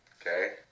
Okay